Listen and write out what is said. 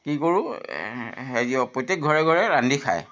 কি কৰোঁ হেৰি প্ৰত্যেক ঘৰে ঘৰে ৰান্ধি খায়